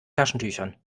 taschentüchern